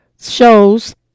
shows